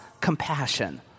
compassion